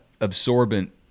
absorbent